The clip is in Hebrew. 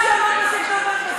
הציונות הזאת שפה,